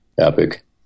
epic